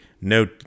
no